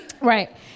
Right